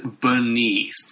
beneath